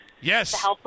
Yes